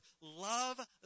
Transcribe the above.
Love